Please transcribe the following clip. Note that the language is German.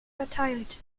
verteilt